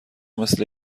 مثل